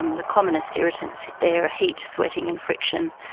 um the commonest irritants there are heat, sweating and friction,